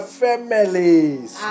families